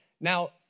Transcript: Now